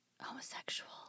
homosexual